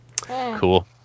Cool